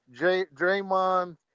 Draymond